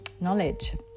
knowledge